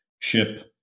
ship